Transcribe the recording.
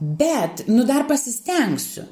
bet nu dar pasistengsiu